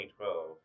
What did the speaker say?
2012